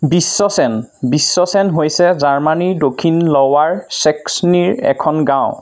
বিশ্বছেন বিশ্বছেন হৈছে জাৰ্মানীৰ দক্ষিণ ল'ৱাৰ ছেক্স'নিৰ এখন গাঁও